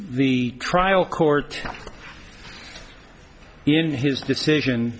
the trial court in his decision